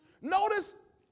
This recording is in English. Notice